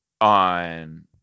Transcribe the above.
on